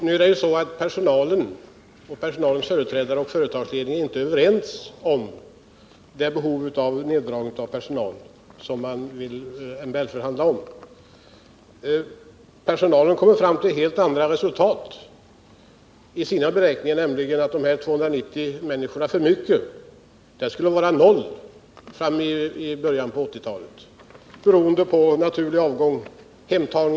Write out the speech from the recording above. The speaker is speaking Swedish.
Våren 1978 beslutade riksdagen om lån och aktieägartillskott på 550 milj.kr. för miljövårdsoch kapacitetsutbyggnader vid ASSI:s anläggningar vid Karlsborgs Bruk. Såväl i propositionen som i riksdagsbeslutet framhålls att denna utbyggnad snabbt måste följas av en investering i vidareförädlingsledet för att ge anläggningen lönsamhet.